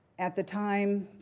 at the time,